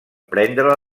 prendre